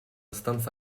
stanza